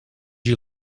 you